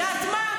את יודעת מה?